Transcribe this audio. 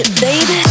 Baby